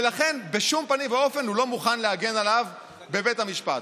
ולכן בשום פנים ואופן הוא לא מוכן להגן עליו בבית המשפט.